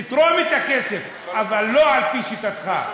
נתרום את הכסף, אבל לא על-פי שיטתך.